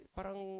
Parang